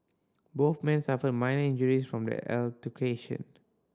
both men suffered minor injuries from the altercation